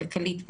כלכלית,